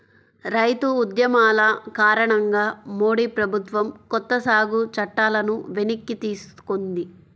రైతు ఉద్యమాల కారణంగా మోడీ ప్రభుత్వం కొత్త సాగు చట్టాలను వెనక్కి తీసుకుంది